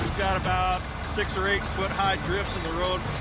got about six or eight foot high drifts in the road.